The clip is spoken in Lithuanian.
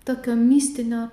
tokio mistinio